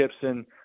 Gibson